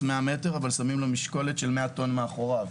100 מטר כששמים לו משקולת של 100 טון מאחוריו.